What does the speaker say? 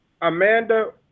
Amanda